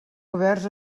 oberts